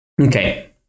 Okay